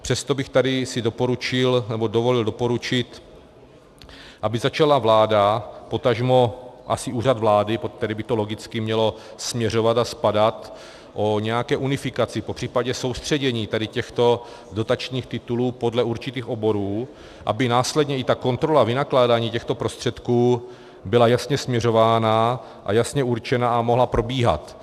Přesto bych si tady dovolil doporučit, aby začala vláda, potažmo asi Úřad vlády, pod který by to logicky mělo směřovat a spadat, uvažovat o nějaké unifikaci, popřípadě soustředění tady těchto dotačních titulů podle určitých oborů, aby následně i kontrola vynakládání těchto prostředků byla jasně směřována a jasně určena a mohla probíhat.